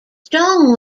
strong